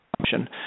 option